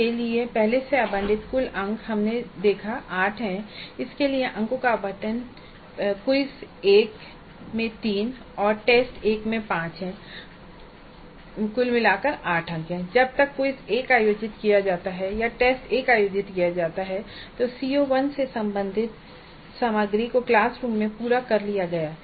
तो CO1 के लिए पहले से आवंटित कुल अंक हमने देखा है कि 8 है और इसके लिए अंकों का आवंटन प्रश्नोत्तरी1 में 3 और T1 में 5 हैं कुल 8 अंक और जब तक क्विज़ 1 आयोजित किया जाता है या T1 आयोजित किया जाता है CO1 से संबंधित सामग्री को क्लास रूम में पूरा कर लिया गया है